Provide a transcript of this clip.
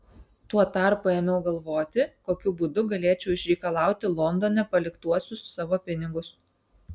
tuo tarpu ėmiau galvoti kokiu būdu galėčiau išreikalauti londone paliktuosius savo pinigus